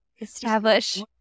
establish